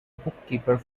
bookkeeper